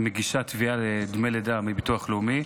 היא מגישה תביעה לדמי לידה מביטוח לאומי,